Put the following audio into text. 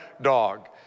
dog